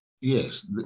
Yes